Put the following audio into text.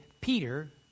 Peter